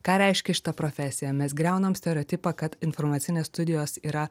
ką reiškia šita profesija mes griaunam stereotipą kad informacinės studijos yra